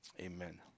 Amen